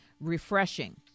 refreshing